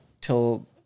Till